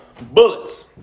bullets